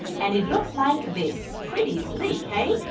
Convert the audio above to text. and it looks like this. pretty sleek, hey.